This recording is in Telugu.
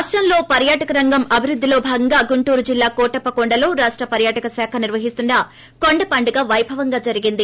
రాష్టంలో పర్యాటక రంగం అభివృద్దిలో భాగంగా గుంటూరు జిల్లా కోటప్పకొండలో రాష్ట పర్యాటక శాఖ నిర్సహిస్తున్న కొండ పండగ పైభవంగా జరిగింది